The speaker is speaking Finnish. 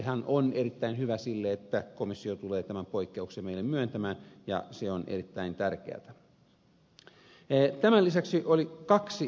ennustehan on erittäin hyvä sille että komissio tulee tämän poikkeuksen meille myöntämään ja se on erittäin tärkeätä